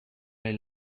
les